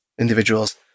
individuals